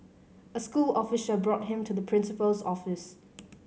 a school official brought him to the principal's office